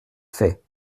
fait